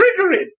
triggering